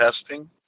testing